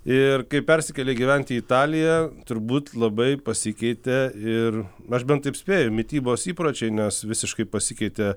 ir kai persikėlei gyventi į italiją turbūt labai pasikeitė ir aš bent taip spėju mitybos įpročiai nes visiškai pasikeitė